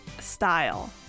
style